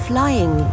flying